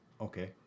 Okay